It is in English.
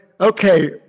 Okay